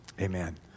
Amen